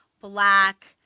black